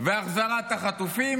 והחזרת החטופים,